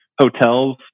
hotels